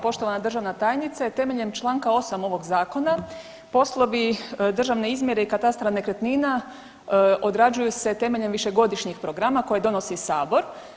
Poštovana državna tajnice, temeljem čl. 8. ovog zakona poslovi državne izmjere i katastra nekretnina odrađuje se temeljem višegodišnjih programa koje donosi sabor.